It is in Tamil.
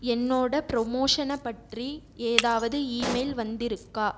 என்னோட ப்ரொமோஷனை பற்றி ஏதாவது ஈமெயில் வந்திருக்கா